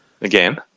Again